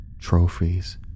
trophies